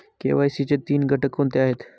KYC चे तीन घटक कोणते आहेत?